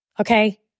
okay